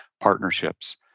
partnerships